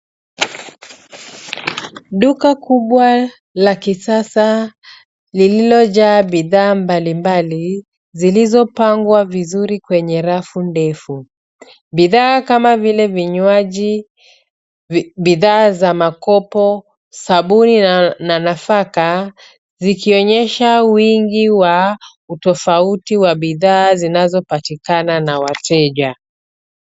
Duka kubwa la kisasa lililojaa bidhaa mbalimbali zilizopangwa vizuri kwenye rafu ndefu. Bidhaa kama vile vinywaji, bidhaa za makopo, sabuni na nafaka zikionyesha wingi wa utofauti wa bidhaa zinazopatikana na wateja.